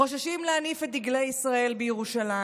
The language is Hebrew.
חוששים להניף את דגלי ישראל בירושלים.